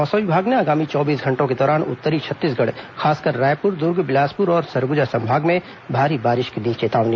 मौसम विभाग ने आगामी चौबीस घंटों के दौरान उत्तरी छत्तीसगढ़ खासकर रायपुर दुर्ग बिलासपुर और सरगुजा संभाग में भारी बारिश की दी चेतावनी